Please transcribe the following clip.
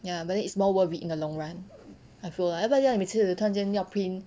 ya but then it's more worth it in the long run I feel lah 要不然这样你每次突然间要 print